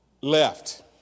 left